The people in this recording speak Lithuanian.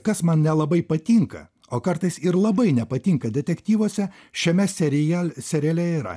kas man nelabai patinka o kartais ir labai nepatinka detektyvuose šiame serial seriale yra